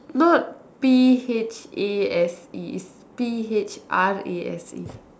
not P H A S E is P H R A S E